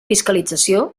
fiscalització